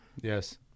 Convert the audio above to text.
Yes